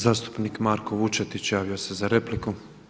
Zastupnik Marko Vučetić javio se za repliku.